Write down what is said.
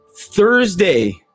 Thursday